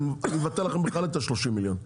אני מבטל לכם בכלל את ה-30 מיליון,